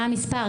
מה המספר?